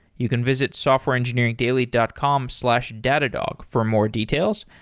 you can visit softwareengineeringdaily dot com slash datadog for more details.